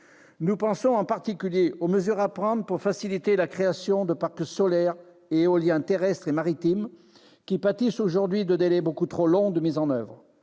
Nous pensons en particulier aux mesures à prendre pour faciliter la création de parcs solaires et éoliens terrestres et maritimes, qui pâtissent aujourd'hui de délais beaucoup trop longs de mise en oeuvre.